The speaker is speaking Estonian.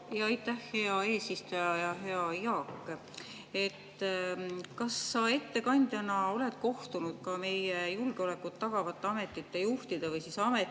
Aitäh, hea eesistuja! Hea Jaak! Kas sa ettekandjana oled kohtunud ka meie julgeolekut tagavate ametite juhtide või ametnikega?